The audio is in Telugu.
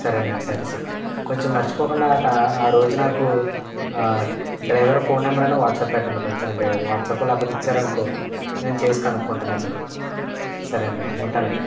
సరేనండి సరే సరే కొంచెం మర్చిపోకుండా అట్ట ఆ రోజు నాకు డ్రైవర్ ఫోన్ నంబరన్నా వాట్సప్ పెట్టండి కొంచెం అంటే వాట్సాప్ లేకపోతే ఇచ్చారనుకో నేను చేసి కనుక్కుంటాను అతనికి సరేనండి ఉంటాను అండి